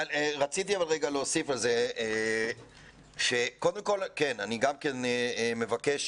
קודם כל אני מבקש